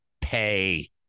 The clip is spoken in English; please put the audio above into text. pay